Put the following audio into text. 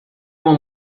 uma